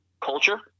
culture